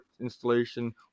installation